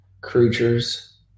creatures